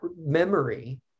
memory